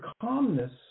calmness